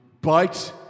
bite